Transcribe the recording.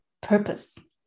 purpose